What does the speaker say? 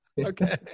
Okay